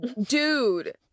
dude